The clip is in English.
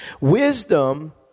Wisdom